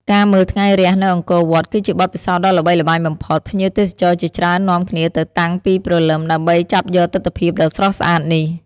ការមើលថ្ងៃរះនៅអង្គរវត្ត គឺជាបទពិសោធន៍ដ៏ល្បីល្បាញបំផុត ភ្ញៀវទេសចរជាច្រើននាំគ្នាទៅតាំងពីព្រលឹមដើម្បីចាប់យកទិដ្ឋភាពដ៏ស្រស់ស្អាតនេះ។